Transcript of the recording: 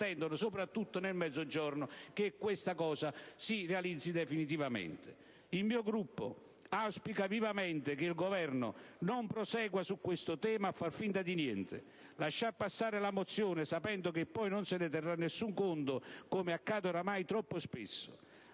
soprattutto nel Mezzogiorno, che ciò si realizzi definitivamente. Il mio Gruppo auspica vivamente che il Governo non prosegua su questo tema a far finta di niente, lasciando passare la mozione, sapendo che poi non se ne terrà nessun conto, come accade ormai troppo spesso.